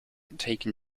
taken